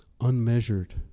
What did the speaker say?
Unmeasured